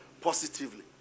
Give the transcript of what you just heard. positively